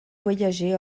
voyageait